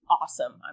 Awesome